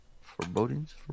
Forebodings